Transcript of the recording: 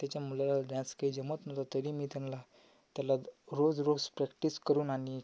त्यांच्या मुलाला डॅन्स काही जमत नव्हतं तरी मी त्यांना त्याला रोज रोस प्रॅक्टिस करून आणि